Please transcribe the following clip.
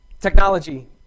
Technology